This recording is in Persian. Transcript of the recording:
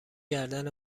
گردن